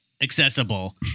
accessible